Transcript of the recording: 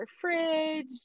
fridge